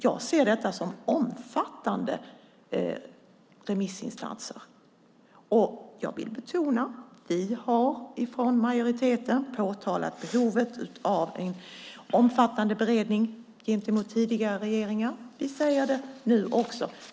Jag ser detta som omfattande remissinstanser. Jag vill betona att vi från majoriteten har påtalat behovet av en omfattande beredning gentemot tidigare regeringar. Vi säger det nu också.